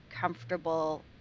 comfortable